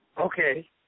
Okay